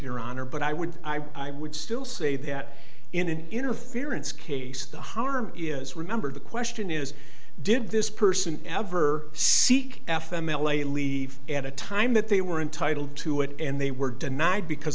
your honor but i would i would still say that in an interference case the harm is remember the question is did this person ever seek f m l a leave at a time that they were entitled to it and they were denied because